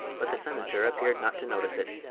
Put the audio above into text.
but the senator appeared not to notice it.